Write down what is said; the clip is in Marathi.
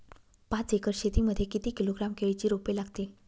पाच एकर शेती मध्ये किती किलोग्रॅम केळीची रोपे लागतील?